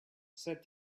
said